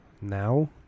now